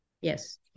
Yes